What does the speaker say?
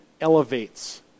elevates